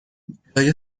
جای